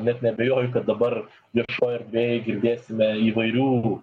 net neabejoju kad dabar viešoj erdvėj girdėsime įvairių